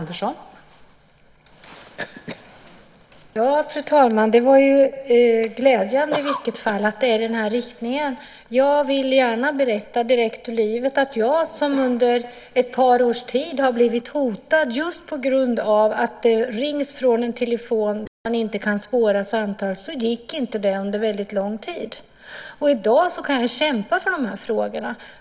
Fru talman! Det var glädjande att det går i den här riktningen. Jag vill gärna berätta direkt ur livet att jag under ett par års tid har blivit hotad just i och med att det rings från en telefon som man inte kan spåra samtalen ifrån. Det gick inte under lång tid. I dag kan jag kämpa för de här frågorna.